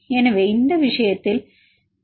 எனவே இந்த விஷயத்தில் 1